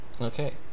Okay